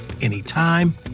anytime